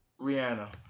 rihanna